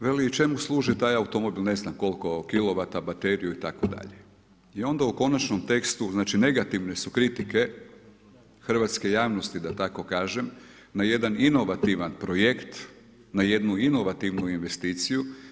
Veli čemu služi taj automobil ne znam koliko kilovata bateriju itd. i onda u konačnom tekstu, znači negativne su kritike hrvatske javnosti da tako kažem na jedan inovativan projekt, na jednu inovativnu investiciju.